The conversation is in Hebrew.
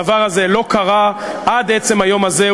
הדבר הזה לא קרה עד עצם היום הזה.